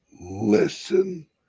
Listen